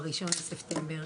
ב-01 בספטמבר.